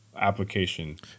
application